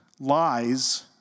Lies